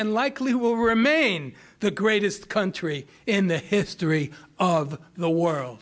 and likely will remain the greatest country in the history of the world